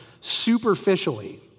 superficially